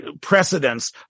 precedents